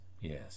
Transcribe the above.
yes